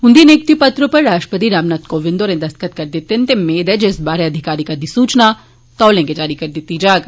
उन्दे नियुक्त पत्र उप्पर राष्ट्रपति रामनाथ कोविन्द होरें दस्तख्त करी दित्ते न ते मेद ऐ जे इस बारै अधिकारिक अधिसूचना तौले गै जारी करी दित्ती जाग